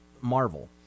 Marvel